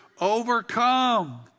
overcome